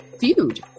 feud